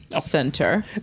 center